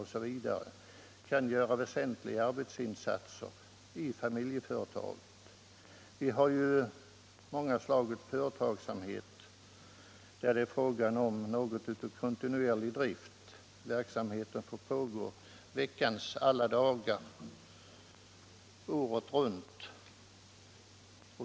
Vi har många slag av familjeföretag där det förekommer nära nog kontinuerlig drift — verksamheten pågår under veckans alla dagar året runt.